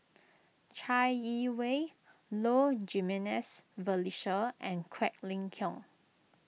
Chai Yee Wei Low Jimenez Felicia and Quek Ling Kiong